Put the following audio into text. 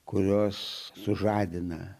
kuriuos sužadina